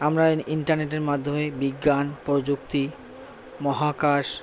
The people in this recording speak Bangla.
আমরা ইন্টারনেটের মাধ্যমেই বিজ্ঞান প্রযুক্তি মহাকাশ